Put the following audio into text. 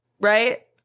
right